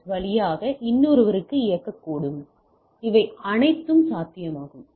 S வழியாக இன்னொருவருக்கு இயக்கம் இருக்கக்கூடும் இவை அனைத்தும் சாத்தியமாகும்